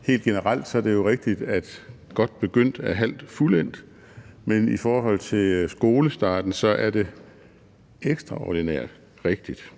Helt generelt er det jo rigtigt, at godt begyndt er halvt fuldendt, men i forhold til skolestarten er det ekstraordinært rigtigt.